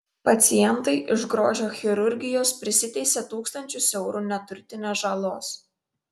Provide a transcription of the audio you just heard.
pacientai iš grožio chirurgijos prisiteisė tūkstančius eurų neturtinės žalos